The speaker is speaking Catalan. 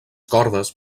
cordes